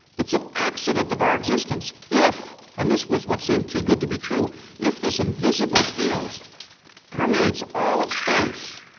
it's an accident of our existence if and this was what seemed too good to be true if this invisible field permeates all of space,